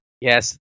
yes